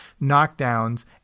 knockdowns